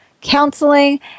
counseling